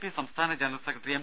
P സംസ്ഥാന general secretary M